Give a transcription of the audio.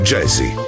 Jazzy